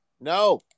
No